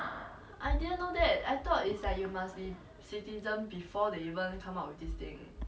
I think you should go ask eh cause like it's one thousand five hundred dollars